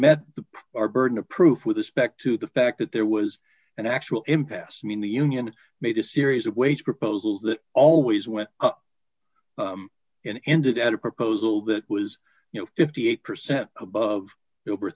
the our burden of proof with respect to the fact that there was an actual impasse mean the union made a series of wage proposals that always went in ended at a proposal that was you know fifty eight percent above it over